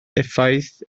effaith